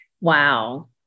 Wow